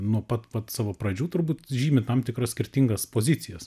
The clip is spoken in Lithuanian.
nuo pat pat savo pradžių turbūt žymi tam tikrus skirtingas pozicijas